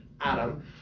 Adam